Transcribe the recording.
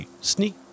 sneak